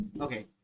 Okay